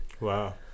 Wow